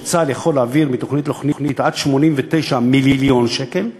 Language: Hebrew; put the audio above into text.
שצה"ל יכול להעביר מתוכנית לתוכנית עד 89 מיליון שקלים,